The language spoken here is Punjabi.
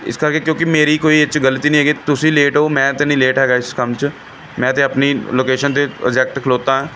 ਇਸ ਕਰਕੇ ਕਿਉਂਕਿ ਮੇਰੀ ਕੋਈ ਇਹ 'ਚ ਗਲਤੀ ਨਹੀਂ ਹੈਗੀ ਤੁਸੀਂ ਲੇਟ ਹੋ ਮੈਂ ਤਾਂ ਨਹੀਂ ਲੇਟ ਹੈਗਾ ਇਸ ਕੰਮ 'ਚ ਮੈਂ ਤਾਂ ਆਪਣੀ ਲੋਕੇਸ਼ਨ 'ਤੇ ਅਗਜੈਕਟ ਖਲੋਤਾ